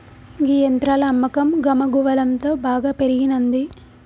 గీ యంత్రాల అమ్మకం గమగువలంతో బాగా పెరిగినంది